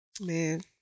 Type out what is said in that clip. Man